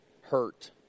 hurt